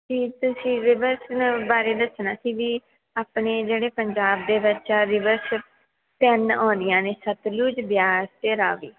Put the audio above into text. ਵੀ ਤੁਸੀਂ ਰੀਵਰਸ ਬਾਰੇ ਦੱਸਣਾ ਸੀ ਵੀ ਆਪਣੇ ਜਿਹੜੇ ਪੰਜਾਬ ਦੇ ਵਿੱਚ ਰੀਵਰਸ ਤਿੰਨ ਆਉਂਦੀਆਂ ਨੇ ਸਤਲੁਜ ਬਿਆਸ ਅਤੇ ਰਾਵੀ